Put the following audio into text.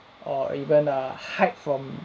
or even err hide from